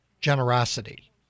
generosity